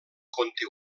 conté